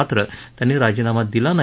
मात्र त्यांनी राजीनामा दिला नाही